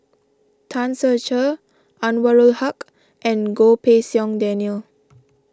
Tan Ser Cher Anwarul Haque and Goh Pei Siong Daniel